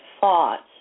thoughts